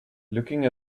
looking